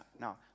Now